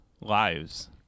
lives